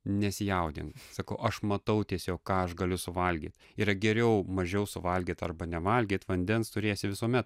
nesijaudink sakau aš matau tiesiog ką aš galiu suvalgyt yra geriau mažiau suvalgyt arba nevalgyt vandens turėsi visuomet